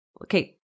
okay